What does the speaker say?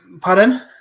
Pardon